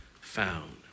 found